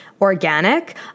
organic